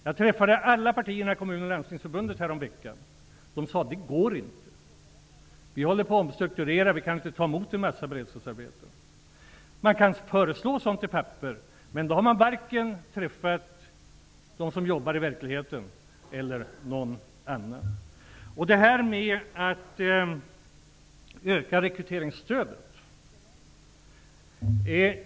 Jag träffade representanter för alla partier i De sade: Det går inte. Vi håller på att omstrukturera, och vi kan inte ta emot en mängd beredskapsarbetare. Man kan föreslå sådant på papper, men då har man varken träffat dem som jobbar i verkligheten eller någon annan. Det talades om att öka rekryteringsstödet.